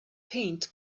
paint